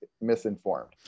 misinformed